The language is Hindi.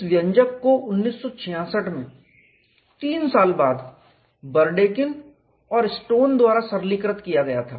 इस व्यंजक को 1966 में 3 साल बाद बर्डेकिन और स्टोन द्वारा सरलीकृत किया गया था